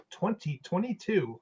2022